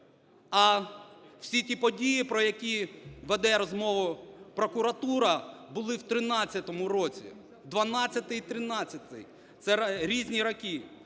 а всі ті події, про які веде розмову прокуратура, були в 13-му році. 12-й і 13-й – це різні роки.